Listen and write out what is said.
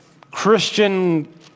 Christian